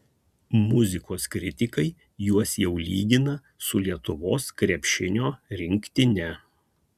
muzikos kritikai juos jau lygina su lietuvos krepšinio rinktine